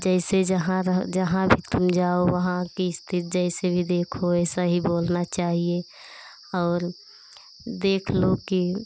जैसे जहाँ रहो जहाँ भी जाओ वहाँ की स्थित जैसे ही देखो वैसा ही बोलना चाहिए और देख लो कि